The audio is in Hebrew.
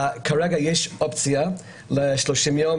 כרגע יש אופציה ל-30 יום,